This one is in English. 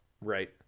Right